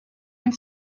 and